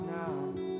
now